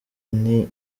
nti